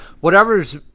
whatever's